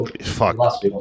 fuck